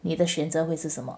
你的选择会是什么